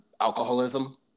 alcoholism